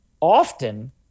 often